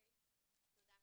תודה.